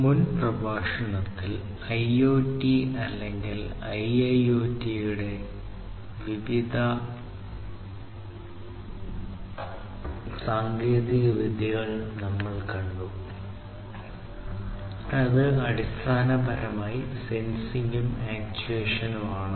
മുൻ പ്രഭാഷണത്തിൽ IoT അല്ലെങ്കിൽ IIoT യുടെ പ്രധാന സാങ്കേതികവിദ്യകൾ നമ്മൾ കണ്ടു അത് അടിസ്ഥാനപരമായി സെൻസിംഗും ആക്ചുവേഷനും ആണ്